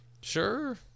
sure